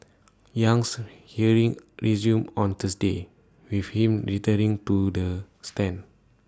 Yang's hearing resumes on Thursday with him returning to the stand